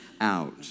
out